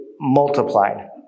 multiplied